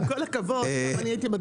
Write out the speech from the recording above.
בבקשה.